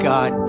God